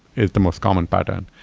it's the most common pattern.